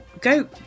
Go